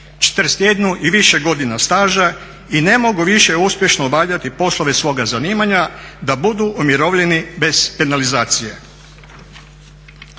41 i više godina staža, i ne mogu više uspješno obavljati poslove svoga zanimanja, da budu umirovljeni bez penalizacije.